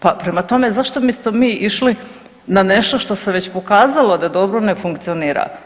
Pa prema tome, zašto bismo mi išli na nešto što se već pokazalo da dobro ne funkcionira.